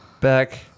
back